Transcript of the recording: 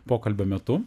pokalbio metu